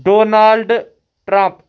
donald trump